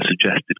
suggested